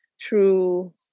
true